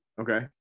Okay